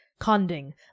conding